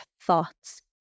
thoughts